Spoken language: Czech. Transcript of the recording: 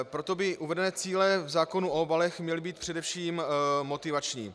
Proto by uvedené cíle v zákonu o obalech měly být především motivační.